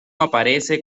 aparece